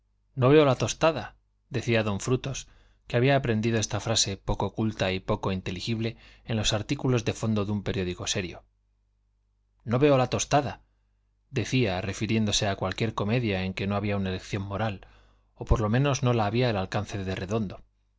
no veo la tostada decía d frutos que había aprendido esta frase poco culta y poco inteligible en los artículos de fondo de un periódico serio no veo la tostada decía refiriéndose a cualquier comedia en que no había una lección moral o por lo menos no la había al alcance de redondo